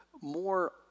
more